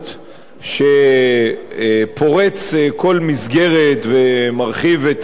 שפורץ כל מסגרת ומרחיב את הגירעון,